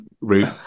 route